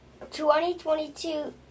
2022